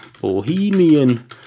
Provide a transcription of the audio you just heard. Bohemian